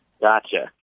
Gotcha